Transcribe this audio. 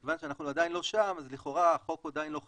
ומכיוון שאנחנו עדיין לא שם אז לכאורה החוק עדיין לא חל,